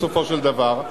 בסופו של דבר,